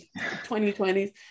2020s